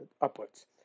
upwards